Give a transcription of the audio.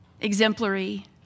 exemplary